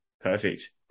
perfect